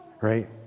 right